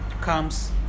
comes